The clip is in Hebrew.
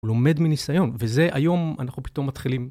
הוא לומד מניסיון, וזה היום אנחנו פתאום מתחילים.